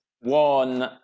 One